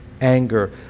anger